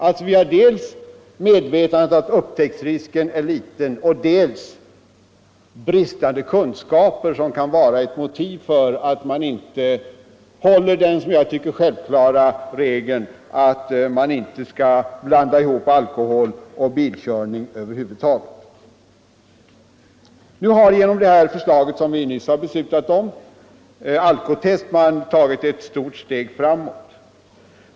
Det är alltså dels medvetandet om att upptäcktsrisken är liten, dels bristande kunskaper som kan vara motiv för att man inte håller den som jag tycker självklara regeln att man inte skall blanda ihop alkohol och bilkörning över huvud taget. Nu har tagits ett stort steg framåt genom det förslag om alkotest som vi nyss har beslutat om.